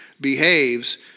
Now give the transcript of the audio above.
behaves